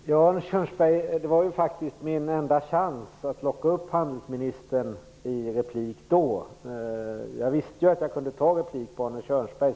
Herr talman! Arne Kjörnsberg, det var ju faktiskt min enda chans att locka handelsministern till att avge en replik då. Jag visste ju att jag kunde begära replik på Arne Kjörnsberg.